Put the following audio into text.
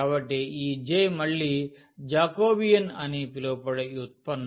కాబట్టి ఈ J మళ్ళీ జాకోబియన్ అని పిలువబడే వ్యుత్పన్నం